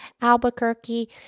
Albuquerque